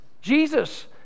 Jesus